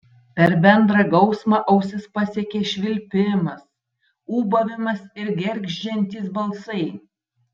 per bendrą gausmą ausis pasiekė švilpimas ūbavimas ir gergždžiantys balsai